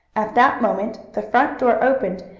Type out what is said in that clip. at that moment the front door opened,